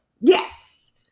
Yes